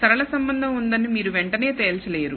సరళ సంబంధం ఉందని మీరు వెంటనే తేల్చలేరు